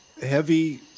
heavy